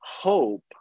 Hope